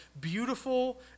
beautiful